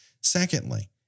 Secondly